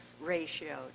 ratio